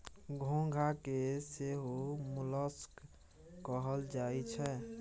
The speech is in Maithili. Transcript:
घोंघा के सेहो मोलस्क कहल जाई छै